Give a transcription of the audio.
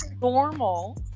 normal